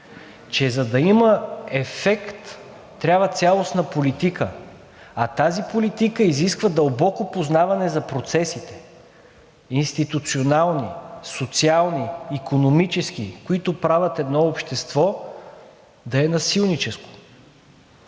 че за да има ефект, трябва цялостна политика, а тази политика изисква дълбоко познаване за процесите – институционални, социални, икономически, които правят едно общество да е насилническо.